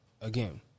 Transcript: Again